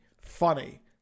funny